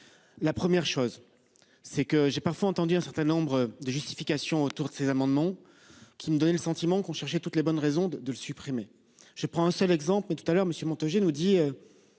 La première chose c'est que j'ai parfois entendu un certain nombre de justification autour de ces amendements. Qui me donner le sentiment qu'on cherchait toutes les bonnes raisons de le supprimer, je prends un seul exemple mais tout à l'heure monsieur Montaugé nous dit.